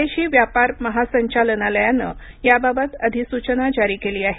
विदेशी व्यापार महासंचालनालयानं याबाबत अधिसूचना जारी केली आहे